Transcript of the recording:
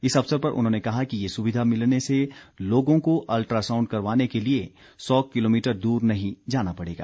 इस अवसर पर उन्होंने कहा कि ये सुविधा मिलने से लोगों को अल्ट्रासाउंड करवाने के लिए सौ किलोमीटर दूर नहीं जाना पड़ेगा